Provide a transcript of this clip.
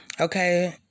Okay